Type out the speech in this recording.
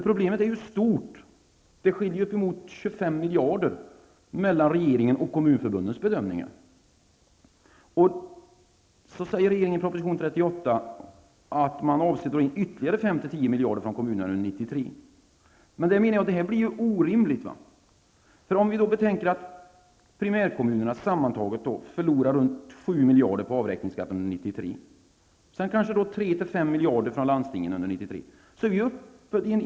Problemet är stort -- det skiljer uppemot 25 säger regeringen att man avser att dra in ytterligare 5--10 miljarder från kommunerna under 1993. Men resultatet av det blir orimligt. Betänk att primärkommunerna sammantaget förlorar runt 7 miljarder på avräkningsskatten under 1993! Sedan skall man ta 3--5 miljarder från landstingen under 1993.